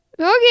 Okay